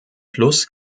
fluss